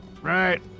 Right